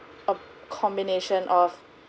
a combination of